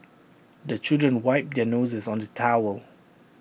the children wipe their noses on the towel